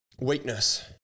Weakness